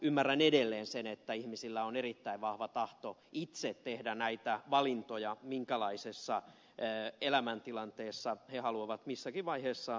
ymmärrän edelleen sen että ihmisillä on erittäin vahva tahto itse tehdä näitä valintoja minkälaisessa elämäntilanteessa he haluavat missäkin vaiheessa elää